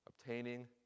obtaining